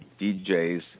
DJs